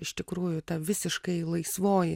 iš tikrųjų ta visiškai laisvoji